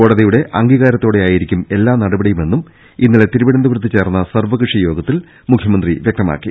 കോടതിയുടെ അംഗീകാരത്തോടെയായിരിക്കും എല്ലാ നടപടിയു മെന്നും ഇന്നലെ തിരുവനന്തപുർത്ത് ചേർന്ന സർവകക്ഷി യോഗ ത്തിൽ മുഖ്യമന്ത്രി വ്യക്തമാക്കി